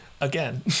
again